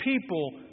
people